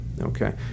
Okay